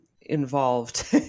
involved